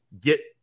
get